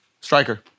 Striker